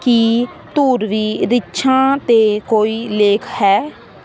ਕੀ ਧੁਰਵੀ ਰਿੱਛਾਂ 'ਤੇ ਕੋਈ ਲੇਖ ਹੈ